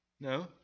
No